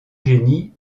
génie